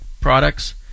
products